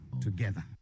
together